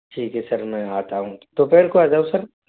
ठीक है सर मैं आता हूँ दोपहर को आ जाऊँ सर